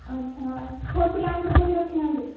ଆଚ୍ଛା ଛୋଟ ପିଲାଙ୍କର ବହି ରଖିନାହାନ୍ତି